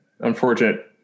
Unfortunate